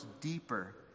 deeper